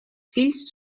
fills